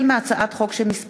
הצעת חוק העונשין (תיקון מס'